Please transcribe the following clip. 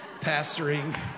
pastoring